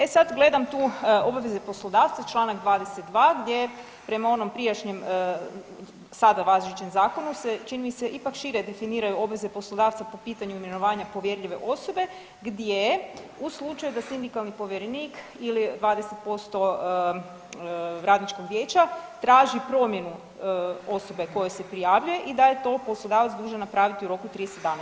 E sad, gledam tu obaveze poslodavca, čl. 22, gdje prema onom prijašnjem sada važećem zakonu se, čini mi se, ipak šire definiraju obveze poslodavca po pitanju imenovanja povjerljive osobe gdje u slučaju da sindikalni povjerenik ili 20% radničkog vijeća traži promjenu osobe koja se prijavljuje i daje to poslodavac dužan napraviti u roku od 30 dana.